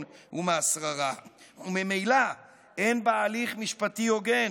ומהשררה וממילא אין בה הליך משפטי הוגן,